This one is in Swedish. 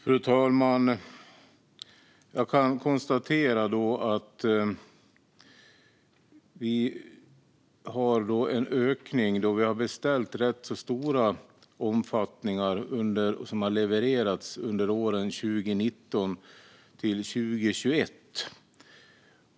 Fru talman! Jag kan konstatera att vi har en ökning, då vi har beställt saker i rätt stor omfattning som levererats under åren 2019-2021.